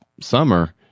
summer